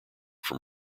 from